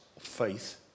faith